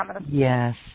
Yes